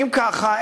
אם ככה,